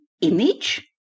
image